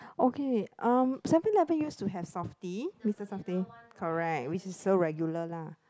okay um Seven-Eleven used to have softee Mister Softee correct which is so regular lah